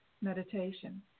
meditation